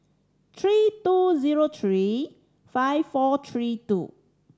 three two zero three five four three two